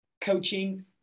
coaching